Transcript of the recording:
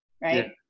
right